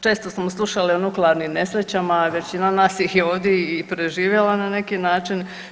Često smo slušali o nuklearnim nesrećama većina nas ih je ovdje i preživjela na neki način.